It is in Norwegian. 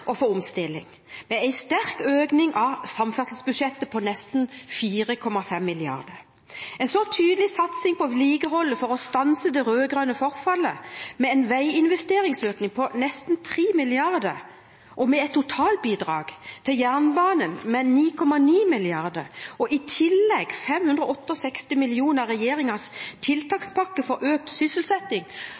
og for omstilling med en sterk økning av samferdselsbudsjettet på nesten 4,5 mrd. kr. Vi får en tydelig satsing på vedlikeholdet for å stanse det rød-grønne forfallet med en veiinvesteringsøkning på nesten 3 mrd. kr og med et totalbidrag til jernbanen med 9,9 mrd. kr. I tillegg går 568 mill. kr av regjeringens tiltakspakke for økt sysselsetting